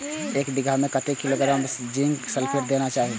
एक बिघा में कतेक किलोग्राम जिंक सल्फेट देना चाही?